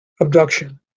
abduction